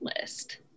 list